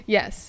Yes